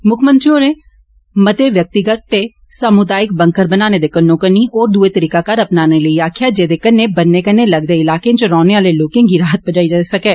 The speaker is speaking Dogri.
मुक्खमंत्री होरें मते व्यक्तिगत ते समुदायिक बंकर बनाने ते कन्नो कन्नी होर दुए तरीकाकार अपनाने लेई आक्खेआ जेदे कन्नै बन्ने कन्नै लगदे इलाके च रौहने आले लोकें गी राहत पजाई जाई सकै